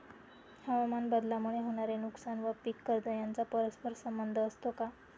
हवामानबदलामुळे होणारे नुकसान व पीक कर्ज यांचा परस्पर संबंध असतो का?